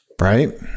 right